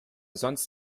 sonst